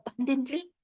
abundantly